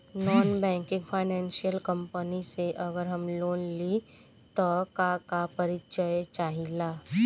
Non banking financial company से अगर हम लोन लि त का का परिचय चाहे ला?